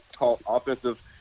offensive